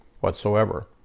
whatsoever